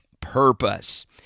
purpose